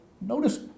notice